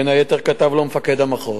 בין היתר כתב לו מפקד המחוז: